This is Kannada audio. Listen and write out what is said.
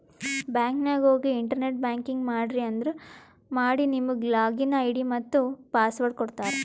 ಬ್ಯಾಂಕ್ ನಾಗ್ ಹೋಗಿ ಇಂಟರ್ನೆಟ್ ಬ್ಯಾಂಕಿಂಗ್ ಮಾಡ್ರಿ ಅಂದುರ್ ಮಾಡಿ ನಿಮುಗ್ ಲಾಗಿನ್ ಐ.ಡಿ ಮತ್ತ ಪಾಸ್ವರ್ಡ್ ಕೊಡ್ತಾರ್